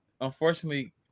unfortunately